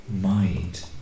mind